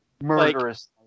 Murderous